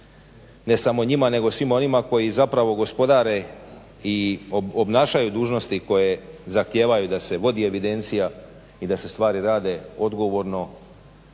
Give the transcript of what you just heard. Ne samo njima nego svima onima koji zapravo gospodare i obnašaju dužnosti koje zahtijevaju da se vodi evidencija i da se stvari rade odgovorno